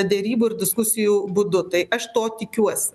derybų ir diskusijų būdu tai aš to tikiuosi